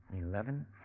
Eleven